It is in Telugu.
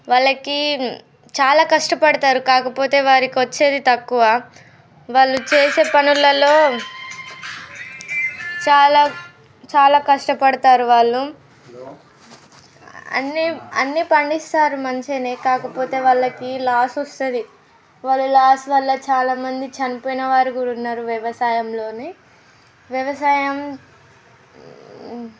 వాళ్ళకి చాలా కష్టపడతారు కాకపోతే వారికి వచ్చేది తక్కువ వాళ్ళు చేసే పనులలో చాలా చాలా కష్టపడతారు వాళ్ళు అన్ని అన్ని పండిస్తారు మంచినే కాకపోతే వాళ్ళకి లాస్ వస్తుంది వాళ్ళు లాస్ వల్ల చాలామంది చనిపోయిన వారు కూడా ఉన్నారు వ్యవసాయంలోనే వ్యవసాయం